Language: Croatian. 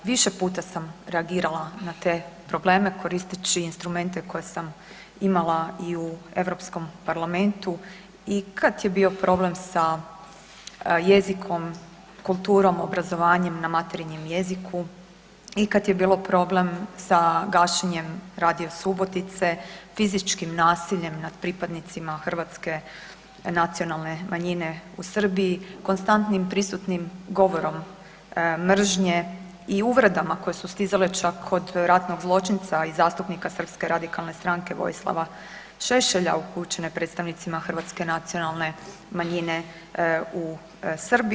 Više puta sam reagirala na te probleme koristeći instrumente koje sam imala i u Europskom parlamentu i kad je bio problem sa jezikom, kulturom, obrazovanjem na materinjem jeziku i kad je bilo problem sa gašenjem Radio Subotice, fizičkim nasiljem nad pripadnicima hrvatske nacionalne manjine u Srbiji, konstantnim prisutnim govorom mržnje i uvredama koje su stizale čak od ratnog zločinca i zastupnika Srpske radikalne stranke Vojislava Šešelja upućene predstavnicima hrvatske nacionalne manjine u Srbiji.